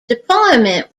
deployment